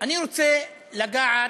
אני רוצה לגעת,